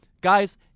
Guys